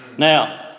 Now